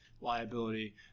liability